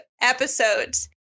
episodes